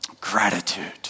Gratitude